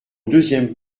deuxième